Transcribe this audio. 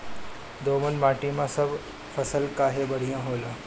दोमट माटी मै सब फसल काहे बढ़िया होला?